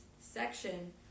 section